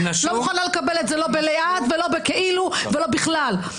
לא מוכנה לקבל את זה לא בליד ולא בכאילו ולא בכלל.